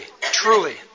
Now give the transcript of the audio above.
truly